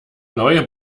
neue